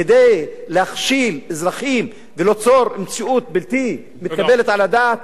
כדי להכשיל אזרחים וליצור מציאות בלתי מתקבלת על הדעת,